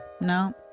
No